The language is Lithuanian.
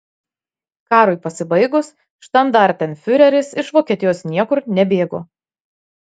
karui pasibaigus štandartenfiureris iš vokietijos niekur nebėgo